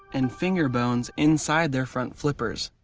and finger bones inside their front flippers.